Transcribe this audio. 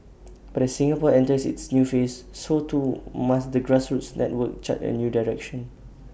but as Singapore enters its new phase so too must the grassroots network chart A new direction